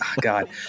god